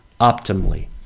optimally